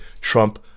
Trump